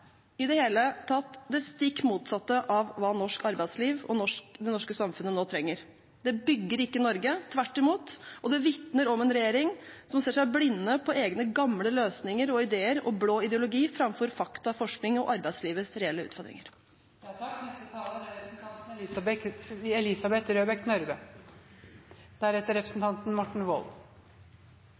i det hele tatt det stikk motsatte av hva norsk arbeidsliv og det norske samfunnet nå trenger. Det bygger ikke Norge – tvert imot. Det vitner om en regjering som ser seg blind på egne gamle løsninger og ideer og blå ideologi framfor fakta, forskning og arbeidslivets reelle utfordringer.